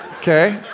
Okay